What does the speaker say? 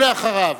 אחריו,